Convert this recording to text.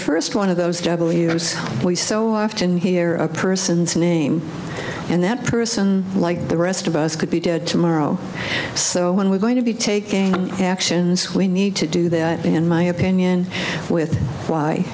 first one of those w we so often hear a person's name and that person like the rest of us could be dead tomorrow so when we're going to be taking actions we need to do that in my opinion with why